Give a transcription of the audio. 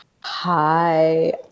Hi